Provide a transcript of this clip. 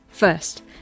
First